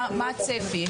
מה הצפי?